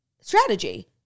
strategy